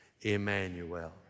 Emmanuel